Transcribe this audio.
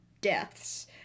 deaths